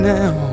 now